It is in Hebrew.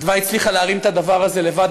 אדווה הצליחה להרים את הדבר הזה לבד,